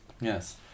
yes